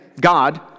God